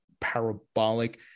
parabolic